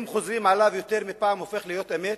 אם חוזרים עליו יותר מפעם, הופך להיות אמת,